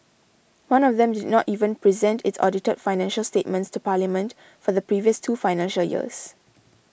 one of them did not even present its audited financial statements to Parliament for the previous two financial years